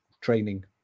training